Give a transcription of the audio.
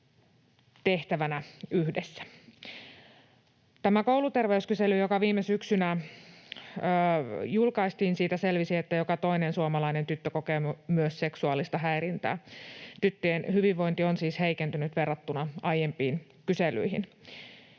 tehtävänä yhdessä. Tästä kouluterveyskyselystä, joka viime syksynä julkaistiin, selvisi, että joka toinen suomalainen tyttö kokee myös seksuaalista häirintää. Tyttöjen hyvinvointi on siis heikentynyt verrattuna aiempiin kyselyihin.